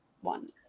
one